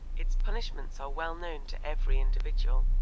its punishments are well known to every individual.